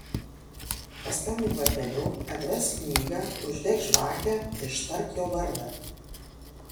paskambink varpeliu atversk knygą uždek žvakę ištark jo vardą